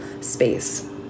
space